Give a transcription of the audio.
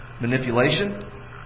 Manipulation